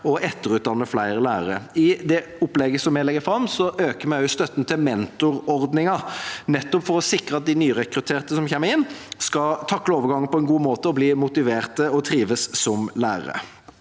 og etterutdanne flere lærere. I det opplegget vi legger fram, øker vi også støtten til mentorordningen, nettopp for å sikre at de nyrekrutterte som kommer inn, skal takle overgangen på en god måte og bli motiverte og trives som lærere.